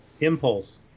Impulse